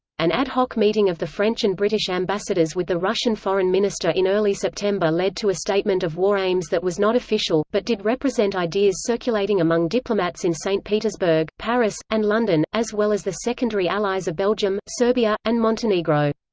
an ad-hoc meeting of the french and british ambassadors with the russian foreign minister in early september led to a statement of war aims that was not official, but did represent ideas circulating among diplomats in st. petersburg, paris, and london, as well as the secondary allies of belgium, serbia, and montenegro.